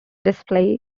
display